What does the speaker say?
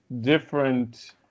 different